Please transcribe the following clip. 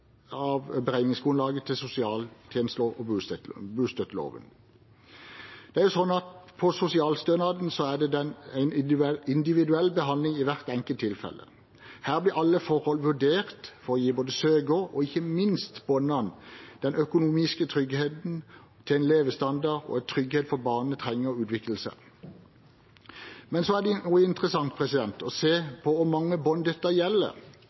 av beregningsgrunnlaget etter sosialtjenesteloven og bostøtteloven. For sosialstønad er det en individuell behandling i hvert enkelt tilfelle. Her blir alle forhold vurdert for å gi både søker og ikke minst barna den økonomiske tryggheten for en levestandard som er tilstrekkelig for barnets utvikling. Det er også interessant å se på hvor mange barn dette gjelder, dvs. hvor mange foreldre som får sosialstønad og